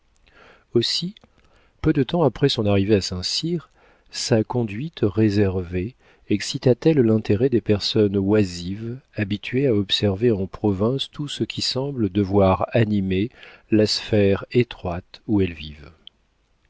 aussi peu de temps après son arrivée à saint-cyr sa conduite réservée excita t elle l'intérêt des personnes oisives habituées à observer en province tout ce qui semble devoir animer la sphère étroite où elles vivent